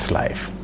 life